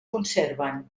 conserven